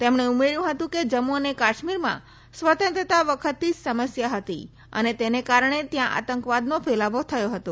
તેમણે ઉમેર્થું હતું કે જમ્મુ અને કાશ્મીરમાં સ્વતંત્રતા વખતથી જ સમસ્યા હતી અને તેને કારણે ત્યાં આતંકવાદનો ફેલાવો થયો હતો